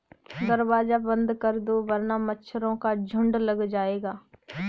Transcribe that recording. दरवाज़ा बंद कर दो वरना मच्छरों का झुंड लग जाएगा